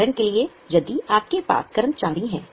उदाहरण के लिए यदि आपके पास कर्मचारी हैं